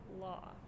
law